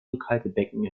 rückhaltebecken